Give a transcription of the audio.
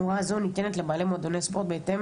הוראה זו ניתן לבעלי מועדוני ספורט בהתאם